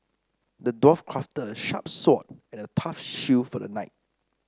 the dwarf crafted a sharp sword and a tough shield for the knight